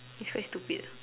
its quite stupid